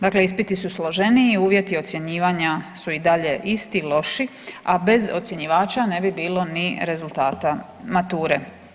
Dakle, ispiti su složeni, uvjeti ocjenjivanja su i dalje loši a bez ocjenjivača ne bi bilo ni rezultata mature.